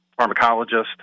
pharmacologist